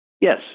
Yes